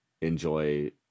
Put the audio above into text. enjoy